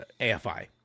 AFI